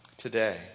today